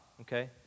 okay